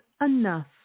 enough